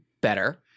Better